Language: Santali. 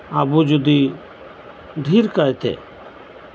ᱟᱵᱚ ᱡᱩᱫᱤ ᱰᱷᱮᱨ ᱠᱟᱭᱛᱮ